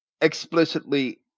explicitly